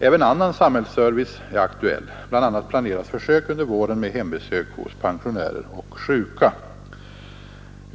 Även annan samhällsservice är aktuell. Bl. a. planeras försök under våren med hembesök hos pensionärer och sjuka.